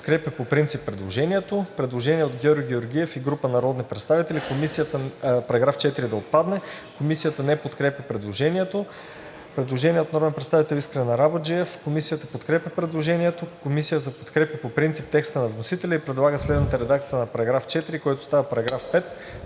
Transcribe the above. подкрепя по принцип предложението. Предложение от Георги Георгиев и група народни представители. Параграф 4 да отпадне. Комисията не подкрепя предложението. Предложение от народния представител Искрен Арабаджиев. Комисията подкрепя предложението. Комисията подкрепя по принцип текста на вносителя и предлага следната редакция на § 4, който става § 5: „§ 5.